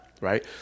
right